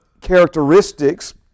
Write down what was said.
characteristics